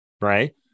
right